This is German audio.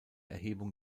erhebung